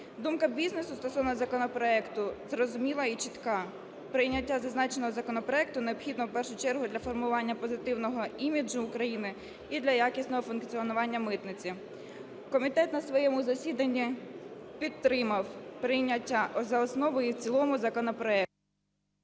Думка бізнесу стосовно законопроекту зрозуміла і чітка. Прийняття зазначеного законопроекту необхідно в першу чергу для формування позитивного іміджу України і для якісного функціонування митниці. Комітет на своєму засіданні підтримав прийняття за основу і в цілому законопроекту.